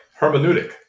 hermeneutic